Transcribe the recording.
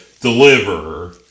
deliver